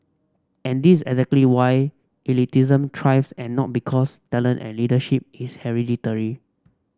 and this exactly why elitism thrives and not because talent and leadership is hereditary